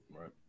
Right